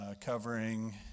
covering